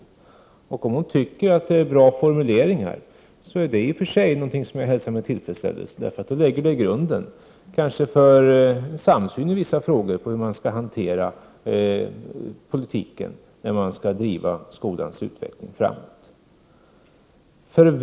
Om Ann-Cathrine Haglund tycker att den innehåller bra formuleringar är detta något som jag i och för sig hälsar med tillfredsställelse, eftersom det kanske lägger grunden för en samsyn när det gäller den politik som man bör föra för att driva skolans utveckling framåt.